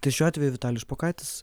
tai šiuo atveju vitalijus špokaitis